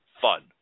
fun